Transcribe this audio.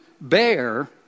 bear